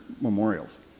memorials